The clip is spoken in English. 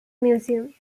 museum